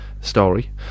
story